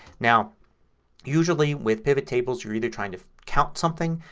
now usually with pivot tables you're either trying to count something,